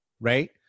right